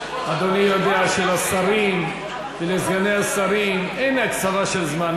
אדוני יודע שלשרים ולסגני השרים אין הקצבה של זמן.